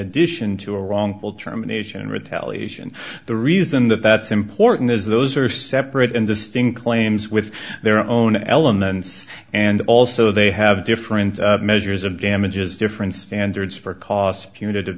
addition to a wrongful termination retaliation the reason that that's important is those are separate and distinct claims with their own elements and also they have different measures of damages different standards for cost punit